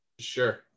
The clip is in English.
Sure